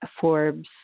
Forbes